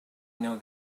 know